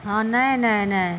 हँ नहि नहि नहि